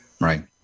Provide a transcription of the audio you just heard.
Right